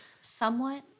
Somewhat